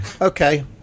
Okay